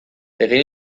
egin